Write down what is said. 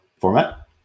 format